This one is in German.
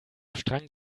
strang